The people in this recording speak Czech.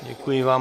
Děkuji vám.